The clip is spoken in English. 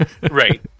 Right